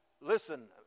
listen